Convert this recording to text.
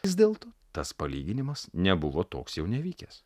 vis dėlto tas palyginimas nebuvo toks jau nevykęs